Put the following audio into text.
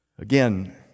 Again